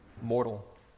mortal